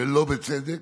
ולא בצדק.